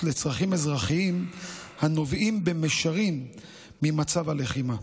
לצרכים אזרחיים הנובעים במישרין ממצב הלחימה.